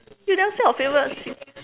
you never say your favorite